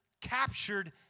captured